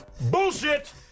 Bullshit